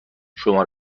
شما